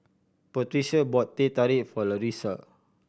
Patrica bought Teh Tarik for Larissa